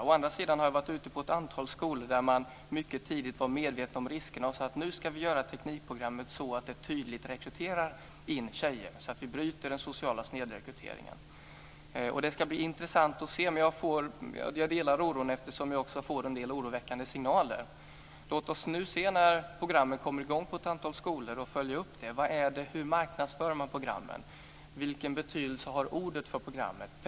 Å andra sidan har jag varit ute på ett antal skolor där man mycket tidigt var medveten om riskerna, och sade att nu ska vi göra teknikprogrammet så att det tydligt rekryterar tjejer och bryter den sociala snedrekryteringen. Det ska bli intressant att se hur det blir. Jag delar oron eftersom jag också får en del oroväckande signaler. Låt oss nu se vad som händer när programmen kommer i gång på ett antal skolor och följa upp det. Hur marknadsför man programmen? Vilken betydelse har orden för programmen?